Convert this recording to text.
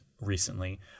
Recently